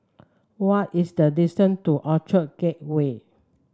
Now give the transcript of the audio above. what is the distant to Orchard Gateway